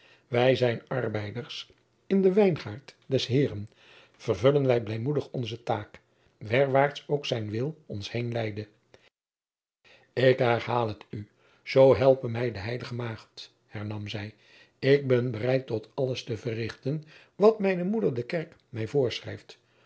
wij zijn arbeiders in den wijngaard des heeren vervullen wij blijmoedig onze taak werwaart ons zijn wil ook heenleide ik herhaal het u zoo helpe mij de heilige maagd hernam zij ik ben bereid alles te verrichten wat mijne moeder de kerk mij voorschrijft